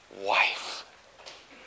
wife